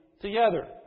together